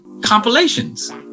compilations